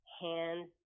hands